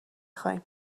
خواهیم